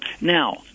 now